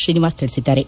ಶ್ರೀನಿವಾಸ್ ತಿಳಿಸಿದ್ದಾರೆ